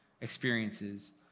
experiences